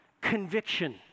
conviction